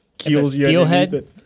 Steelhead